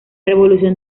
revolución